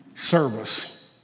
Service